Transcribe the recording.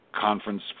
conference